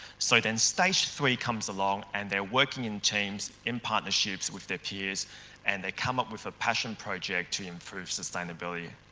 so, then stage three comes along and they're working in teams in partnerships with their peers and they come up with a passion project to improve sustainability